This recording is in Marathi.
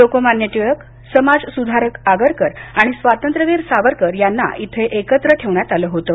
लोकमान्य टिळक समाजसुधारक आगरकर आणि स्वातंत्र्यवीर सावरकर यांना इथं एकत्र ठेवण्यात आलं होतं